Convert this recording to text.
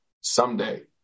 someday